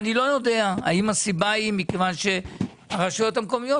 אולי הרשויות המקומיות,